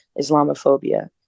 Islamophobia